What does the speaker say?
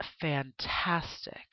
fantastic